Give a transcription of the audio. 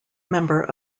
member